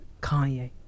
Kanye